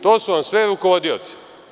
To su vam sve rukovodioci.